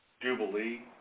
Jubilee